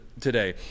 today